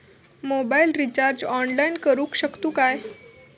Mobile recharge online करुक शकतू काय?